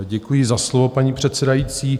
Děkuji za slovo, paní předsedající.